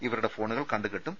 ഇവരുടെ ഫോണുകൾ കണ്ടുകെട്ടും